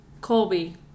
colby